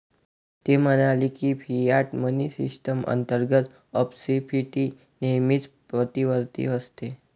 ते म्हणाले की, फियाट मनी सिस्टम अंतर्गत अपस्फीती नेहमीच प्रतिवर्ती असते